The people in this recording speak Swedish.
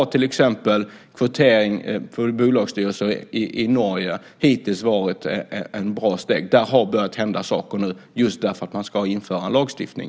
Till exempel har kvotering till bolagsstyrelser i Norge hittills varit ett bra steg. Där har det nu börjat hända saker, just därför att man ska införa en lagstiftning.